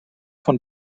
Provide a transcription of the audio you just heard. von